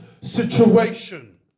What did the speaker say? situation